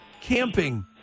Camping